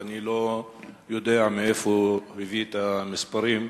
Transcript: ואני לא יודע מאיפה הוא הביא את המספרים.